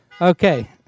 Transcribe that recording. Okay